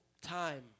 time